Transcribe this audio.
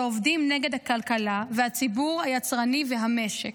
שעובדים נגד הכלכלה והציבור היצרני והמשק,